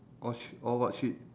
oh treat oh what treat